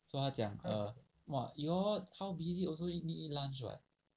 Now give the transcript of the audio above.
so 他讲 err !wah! you all how busy also need eat lunch [what]